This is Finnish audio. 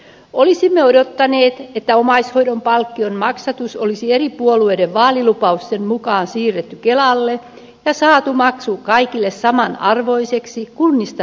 olisimme odottaneet että omaishoidon palkkion maksatus olisi eri puolueiden vaalilupausten mukaan siirretty kelalle ja saatu maksu kaikille saman arvoiseksi kunnista riippumatta